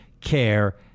care